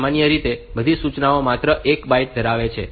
સામાન્ય રીતે બધી સૂચનાઓ માત્ર 1 બાઈટ ધરાવે છે